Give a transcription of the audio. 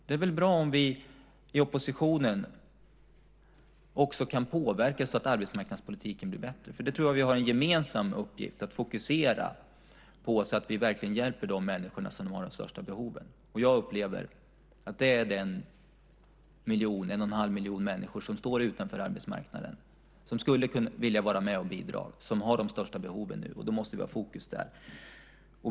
Det är väl bra om vi i oppositionen också kan påverka så att arbetsmarknadspolitiken blir bättre. Det tror jag att vi har en gemensam uppgift att fokusera på så att vi verkligen hjälper de människor som har de största behoven. Jag upplever att det är den en och en halv miljon människor som står utanför arbetsmarknaden och som skulle vilja vara med och bidra som har de största behoven nu. Då måste vi ha fokus där.